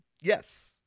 Yes